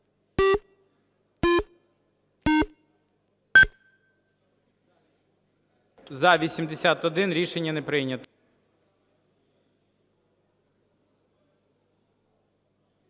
За-85 Рішення не прийнято.